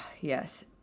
Yes